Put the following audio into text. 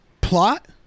plot